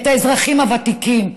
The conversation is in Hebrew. את האזרחים הוותיקים.